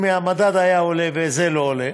אם המדד היה עולה וזה לא עולה,